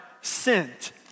sent